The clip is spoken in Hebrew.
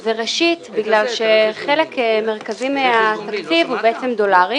זה ראשית בגלל שחלק מרכזי מהתקציב הוא בעצם דולרי,